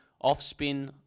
off-spin